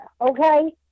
okay